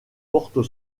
porte